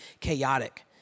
chaotic